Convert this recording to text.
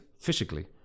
physically